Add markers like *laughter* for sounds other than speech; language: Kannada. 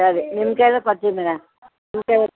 ಸರಿ ನಿಮ್ಮ ಕೈಲೇ ಕೊಡ್ತೀನಿ *unintelligible*